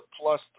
plus